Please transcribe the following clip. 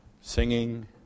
singing